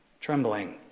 trembling